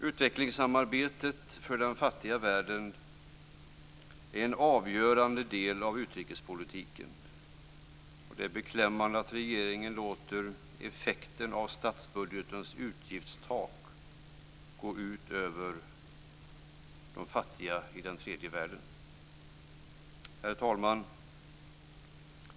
Utvecklingssamarbetet för den fattiga världen är en avgörande del av utrikespolitiken, och det är beklämmande att regeringen låter effekten av statsbudgetens utgiftstak gå ut över de fattiga i tredje världen. Herr talman!